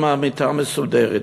אם המיטה מסודרת,